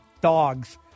dogs